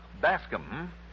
Bascom